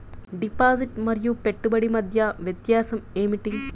Deposit మరియు పెట్టుబడి మధ్య వ్యత్యాసం ఏమిటీ?